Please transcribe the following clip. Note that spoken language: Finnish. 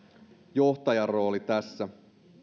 johtajan roolin tässä